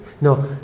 No